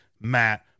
Matt